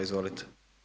Izvolite.